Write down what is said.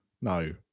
No